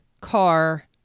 car